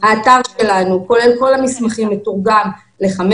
האתר שלנו כולל כל המסמכים מתורגם לחמש